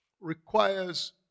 requires